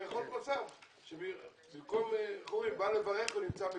יכול להיות מצב שבמקום לברך נצא מקללים.